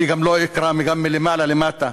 אני גם לא אקרא מלמעלה למטה,